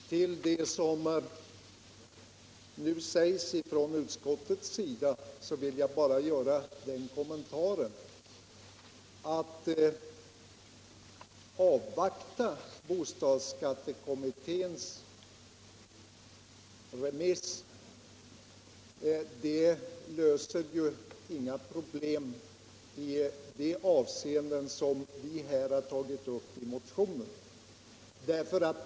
Herr talman! Till vad som nu sägs från utskottets sida vill jag bara göra den kommentaren att man inte löser några av de problem som tagits upp i vpk-motionen genom att avvakta remissbehandlingen av bostadsskattekommitténs förslag.